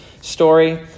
story